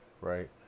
Right